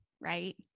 right